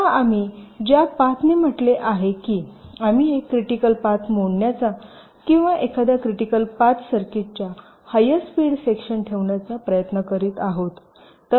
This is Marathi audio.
आता आम्ही ज्या पाथने म्हटले आहे की आम्ही एक क्रिटिकल पाथ मोडण्याचा किंवा एखाद्या क्रिटिकल पाथचा सर्किटच्या हायर स्पीड सेक्शन ठेवण्याचा प्रयत्न करीत आहोत